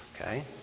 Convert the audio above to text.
Okay